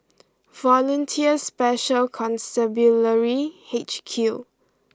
Volunteer Special Constabulary H Q